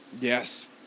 Yes